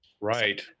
right